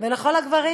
ולכל הגברים,